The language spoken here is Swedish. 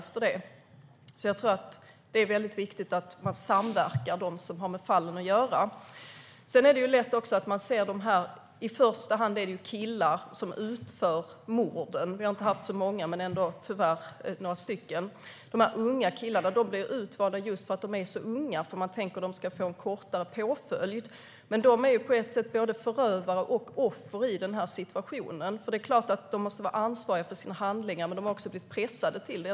Jag tror alltså att det är väldigt viktigt att de som har med fallen att göra samverkar. I första hand är det killar som utför morden. Vi har inte haft så många, men det är tyvärr några stycken. De unga killarna blir utvalda just för att de är så unga, för man tänker att de ska få en kortare påföljd. De är på ett sätt både förövare och offer i den här situationen. Det är klart att de måste vara ansvariga för sina handlingar, men de har också blivit pressade till detta.